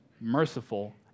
merciful